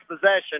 possession